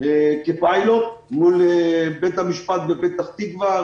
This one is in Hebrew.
כפיילוט מול בית המשפט בפתח תקווה,